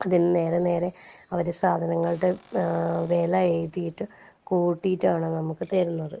അതിനു നേരെ നേരെ അവർ സാധങ്ങളുടെ വില എഴുതിയിട്ട് കൂട്ടിയിട്ടാണ് നമുക്ക് തരുന്നത്